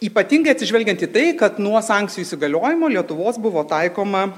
ypatingai atsižvelgiant į tai kad nuo sankcijų įsigaliojimo lietuvos buvo taikoma